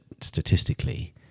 statistically